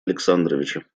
александровича